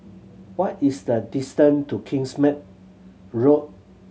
what is the distance to Kingsmead Road